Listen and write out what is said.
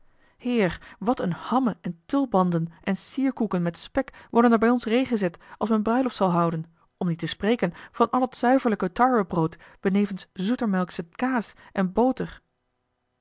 heer wat een hammen en tulbanden en eierkoeken met spek worden er bij ons reê gezet als men bruiloft zal houden om niet te spreken van al t zuiverlijke tarwebrood benevens zoetemelksche kaas en boter